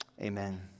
amen